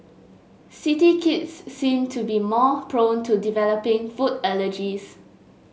city kids seem to be more prone to developing food allergies